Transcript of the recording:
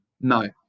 no